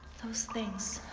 those things